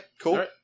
cool